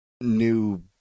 new